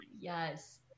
Yes